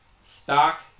stock